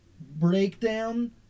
breakdown